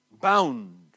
bound